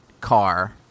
car